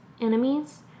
enemies